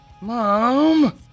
Mom